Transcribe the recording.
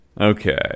okay